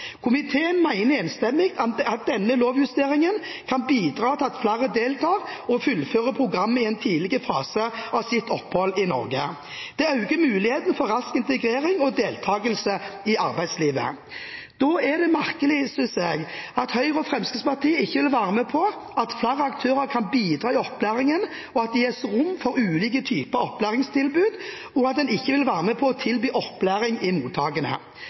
enstemmig komité mener at denne lovjusteringen kan bidra til at flere deltar og fullfører programmet i en tidlig fase av sitt opphold i Norge. Det øker muligheten for rask integrering og deltakelse i arbeidslivet. Da er det merkelig, synes jeg, at Høyre og Fremskrittspartiet ikke vil være med på at flere aktører kan bidra i opplæringen, og at det gis rom for ulike typer opplæringstilbud, og at en ikke vil være med på å tilby opplæring i mottakene.